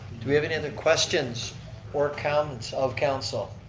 do we have any other questions or comments of council?